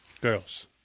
Girls